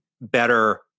better